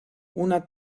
una